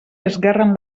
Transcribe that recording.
esguerren